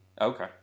Okay